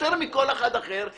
יותר מכל אחד אחר,